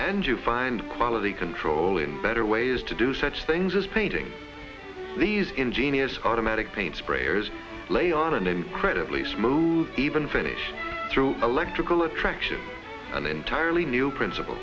and you find quality control in better ways to do such things as painting these ingenious automatic paint sprayers lay on an incredibly smooth even finish through electrical attraction an entirely new princip